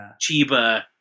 Chiba